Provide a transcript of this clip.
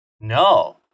No